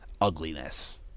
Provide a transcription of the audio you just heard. ugliness